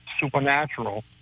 supernatural